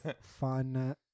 fun